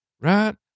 right